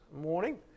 morning